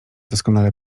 doskonale